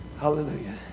Hallelujah